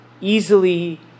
easily